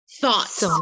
thoughts